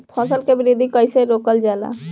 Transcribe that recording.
फसल के वृद्धि कइसे रोकल जाला?